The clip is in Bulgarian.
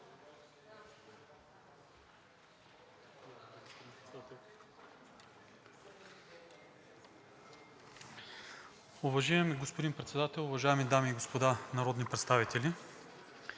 Уважаеми господин Председател, уважаеми дами и господа народни представители!